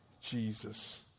Jesus